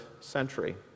century